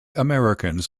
americans